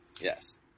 yes